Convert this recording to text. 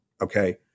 okay